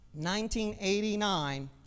1989